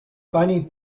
bunny